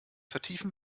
vertiefen